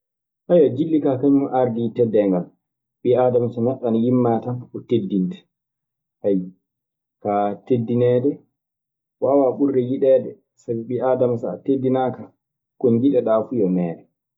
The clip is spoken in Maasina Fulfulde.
gilli kaa kañun aardii teddeengal. Ɓii aadam so neɗɗo ana yiɗimaa tan o teddinte ayyo. Kaa teddineede waawaa ɓurde yiɗeede, sabi ɓii aadama so a teddinaaka ko njiɗeɗaa fu yo meere